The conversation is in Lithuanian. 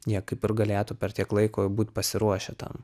jie kaip ir galėtų per tiek laiko būt pasiruošę tam